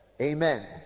amen